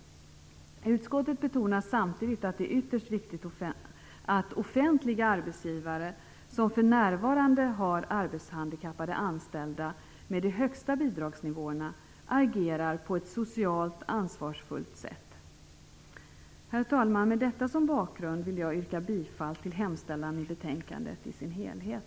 Utskottet betonar samtidigt att det är ytterst viktigt att offentliga arbetsgivare, som för närvarande har arbetshandikappade anställda med de högsta bidragsnivåerna, agerar på ett socialt ansvarsfullt sätt. Herr talman! Med detta som bakgrund yrkar jag bifall till hemställan i betänkandet i dess helhet.